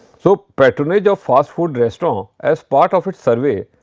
so, patronage of fast food restaurant as part of its survey.